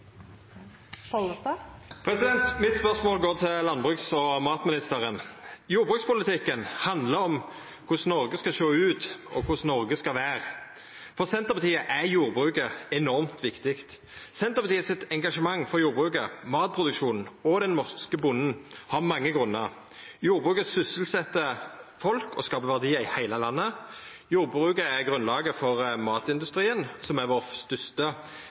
Mitt spørsmål går til landbruks- og matministeren. Jordbrukspolitikken handlar om korleis Noreg skal sjå ut, og korleis Noreg skal vera. For Senterpartiet er jordbruket enormt viktig. Senterpartiets engasjement for jordbruket, matproduksjonen og den norske bonden har mange grunnar: Jordbruket sysselset folk og skaper verdiar i heile landet. Jordbruket er grunnlaget for matindustrien, som er den største fastlandsindustrien vår.